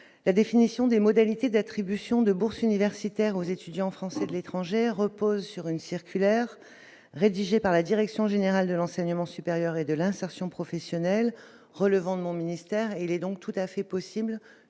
la définition des modalités d'attribution de bourses universitaires aux étudiants français de l'étranger, repose sur une circulaire rédigée par la direction générale de l'enseignement supérieur et de l'insertion professionnelle relevant de mon ministère, il est donc tout à fait possible